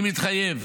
אני מתחייב